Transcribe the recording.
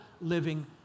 living